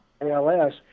ALS